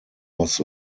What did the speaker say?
was